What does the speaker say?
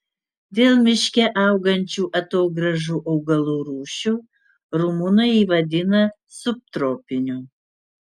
dėl miške augančių atogrąžų augalų rūšių rumunai jį vadina subtropiniu